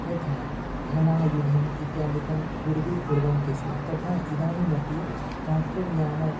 यथा हलायुधम् इत्यादिकं पूर्वी कुर्वन्ति स्म तथा इदानीमपि ट्राक्ट्रर्यानम्